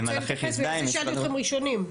בגלל זה שאלתי אתכם ראשונים.